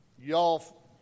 y'all